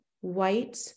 white